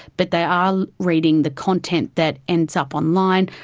but they are reading the content that ends up online,